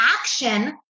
action